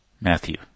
Matthew